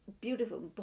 Beautiful